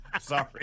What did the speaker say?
Sorry